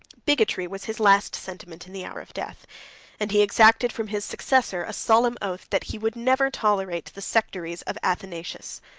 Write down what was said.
bigotry was his last sentiment in the hour of death and he exacted from his successor a solemn oath, that he would never tolerate the sectaries of athanasius.